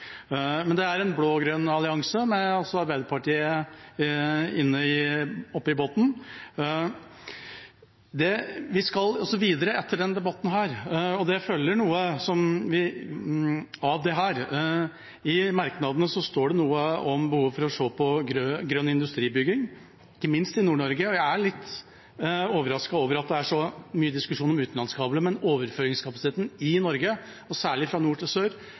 Men det er en blå-grønn allianse – med Arbeiderpartiet oppe i båten. Vi skal videre etter denne debatten, og det følger noe av dette. I merknadene står det noe om behovet for å se på grønn industribygging, ikke minst i Nord-Norge. Jeg er litt overrasket over at det er så mye diskusjon om utenlandskabler, men overføringskapasiteten i Norge, og særlig fra nord til sør,